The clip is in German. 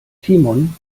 timon